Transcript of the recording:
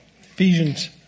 Ephesians